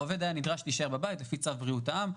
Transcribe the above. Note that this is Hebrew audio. העובד היה נשאר בבית על פי צו בריאות העם,